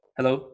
Hello